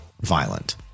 Violent